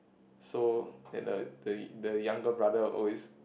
so and the the the younger brother always